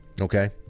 Okay